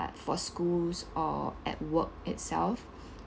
like for schools or at work itself